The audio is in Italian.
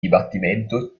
dibattimento